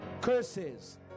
curses